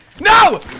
No